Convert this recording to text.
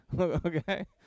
okay